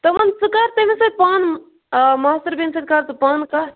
ژٕ وَن ژٕ کر تٔمس سۭتۍ پانہٕ آ ماستٕر بیٚنہِ سۭتۍ کر ژٕ پانہٕ کَتھ